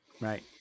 Right